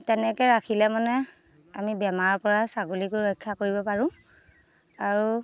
তেনেকৈ ৰাখিলে মানে আমি বেমাৰৰ পৰা ছাগলীকো ৰক্ষা কৰিব পাৰোঁ আৰু